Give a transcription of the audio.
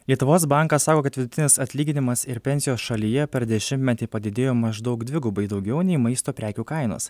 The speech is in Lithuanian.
lietuvos bankas sako kad vidutinis atlyginimas ir pensijos šalyje per dešimmetį padidėjo maždaug dvigubai daugiau nei maisto prekių kainos